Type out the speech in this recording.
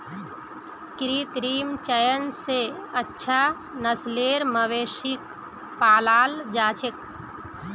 कृत्रिम चयन स अच्छा नस्लेर मवेशिक पालाल जा छेक